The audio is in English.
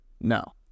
No